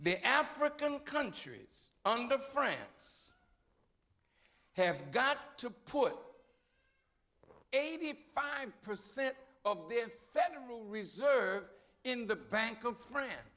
the african countries under france have got to put eighty five percent of their federal reserve in the bank of france